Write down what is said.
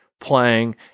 playing